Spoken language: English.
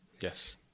Yes